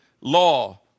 law